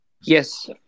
Yes